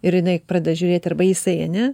ir jinai pradeda žiūrėt arba jisai ane